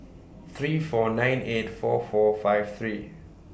three four nine eight four four five three